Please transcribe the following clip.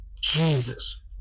Jesus